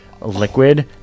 liquid